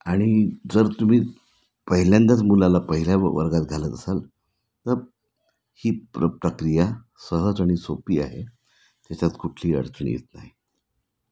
आणि जर तुम्ही पहिल्यांदाच मुलाला पहिल्या वर्गात घालत असाल तर ही प्र प्रक्रिया सहज आणि सोपी आहे त्याच्यात कुठलीही अडचणी येत नाही